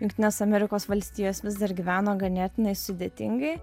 jungtinės amerikos valstijos vis dar gyveno ganėtinai sudėtingai